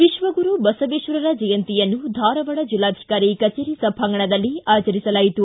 ವಿಶ್ವಗುರು ಬಸವೇಶ್ವರರ ಜಯಂತಿಯನ್ನು ಧಾರವಾಡ ಜಿಲ್ಲಾಧಿಕಾರಿ ಕಚೇರಿ ಸಭಾಂಗಣದಲ್ಲಿ ಆಚರಿಸಲಾಯಿತು